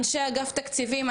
אנשי אגף תקציבים,